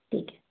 ठीक है